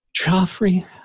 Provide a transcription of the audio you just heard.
Joffrey